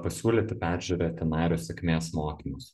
pasiūlyti peržiūrėti nario sėkmės mokymus